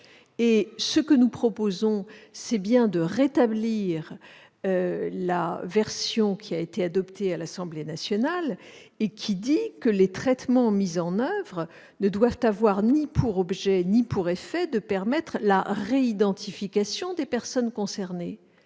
Ce que nous proposons, c'est de rétablir la rédaction adoptée par l'Assemblée nationale, en vertu de laquelle les traitements mis en oeuvre ne doivent avoir ni pour objet ni pour effet de permettre la réidentification des personnes concernées.